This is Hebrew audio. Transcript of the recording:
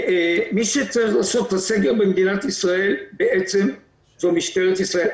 מי שצריך לעשות את הסגר במדינת ישראל בעצם זו משטרת ישראל.